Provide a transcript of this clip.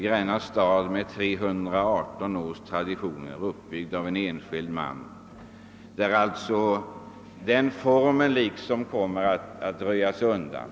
Gränna stad har 318 års traditioner, uppbyggda av en enda man, men stadsformen kommer att röjas undan.